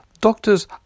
doctors